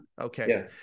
okay